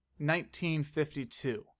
1952